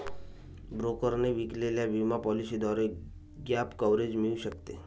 ब्रोकरने विकलेल्या विमा पॉलिसीद्वारे गॅप कव्हरेज मिळू शकते